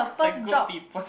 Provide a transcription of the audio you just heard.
the good people